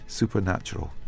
supernatural